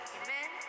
amen